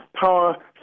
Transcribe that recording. power